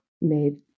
made